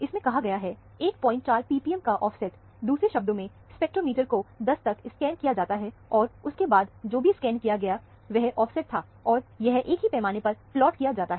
इसमें कहा गया है 14 ppm का ऑफसेट दूसरे शब्दों में स्पेक्ट्रोमीटर को 10 तक स्कैन किया जाता है और उसके बाद जो भी स्कैन किया गया वह ऑफसेट था और यहां एक ही पैमाने पर प्लॉट किया जाता है